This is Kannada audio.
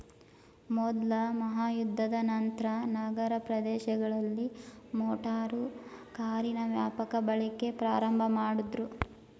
ಮೊದ್ಲ ಮಹಾಯುದ್ಧದ ನಂತ್ರ ನಗರ ಪ್ರದೇಶಗಳಲ್ಲಿ ಮೋಟಾರು ಕಾರಿನ ವ್ಯಾಪಕ ಬಳಕೆ ಪ್ರಾರಂಭಮಾಡುದ್ರು